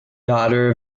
daughter